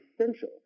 essential